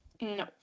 No